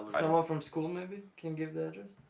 ah from school maybe can give the address?